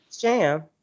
jam